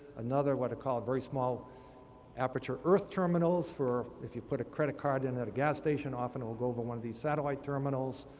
another what are called very small aperture earth terminals for if you put a credit card in at a gas station, often, it will go over one of these satellite terminals.